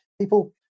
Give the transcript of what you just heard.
people